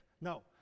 no